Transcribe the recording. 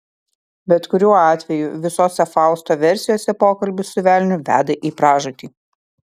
bet kuriuo atveju visose fausto versijose pokalbis su velniu veda į pražūtį